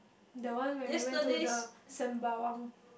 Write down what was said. the one when we went to the Sembawang